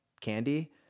candy